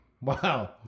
Wow